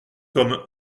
tome